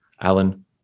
Alan